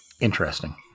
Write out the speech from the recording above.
Interesting